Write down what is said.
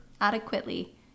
adequately